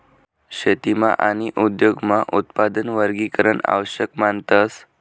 शेतीमा आणि उद्योगमा उत्पादन वर्गीकरण आवश्यक मानतस